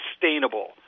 sustainable